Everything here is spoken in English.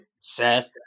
Seth